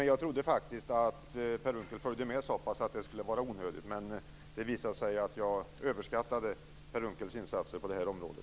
Jag trodde faktiskt att Per Unckel följde med så pass att det skulle vara onödigt, men det visar sig att jag överskattade Per Unckels insatser på det här området.